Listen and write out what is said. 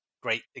great